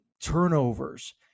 turnovers